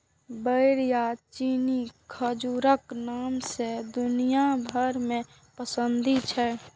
बेर या चीनी खजूरक नाम सं दुनिया भरि मे प्रसिद्ध छै